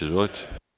Izvolite.